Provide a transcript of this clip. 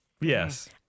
Yes